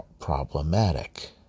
problematic